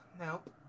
Nope